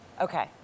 Okay